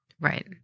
Right